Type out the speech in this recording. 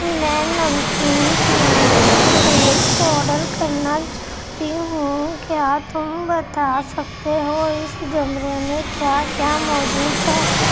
میں نمکین snacks cake order کرنا چاہتی ہوں کیا تم بتا سکتے ہو اس زمرے میں کیا کیا موجود ہے